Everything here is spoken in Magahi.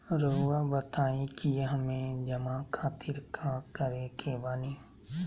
रहुआ बताइं कि हमें जमा खातिर का करे के बानी?